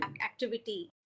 activity